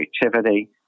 creativity